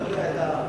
אתה יודע,